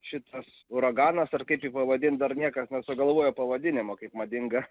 šitas uraganas ar kaip jį pavadint dar niekas nesugalvojo pavadinimo kaip madinga